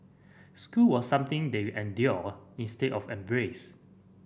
school was something they endured instead of embraced